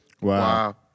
Wow